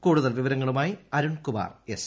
കൂടുതൽ വിവരങ്ങളുമായി അരുൺകുമാർ എസ്